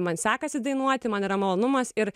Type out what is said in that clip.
man sekasi dainuoti man yra malonumas ir